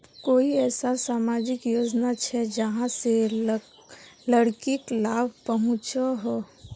कोई ऐसा सामाजिक योजना छे जाहां से लड़किक लाभ पहुँचो हो?